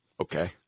Okay